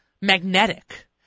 magnetic